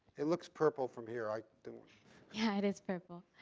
it looks purple from here. i didn't yeah it is purple.